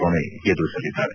ಪ್ರಣೋಯ್ ಎದುರಿಸಲಿದ್ದಾರೆ